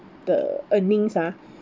the earnings ah